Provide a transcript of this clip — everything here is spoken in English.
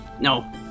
no